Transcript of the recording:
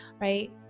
right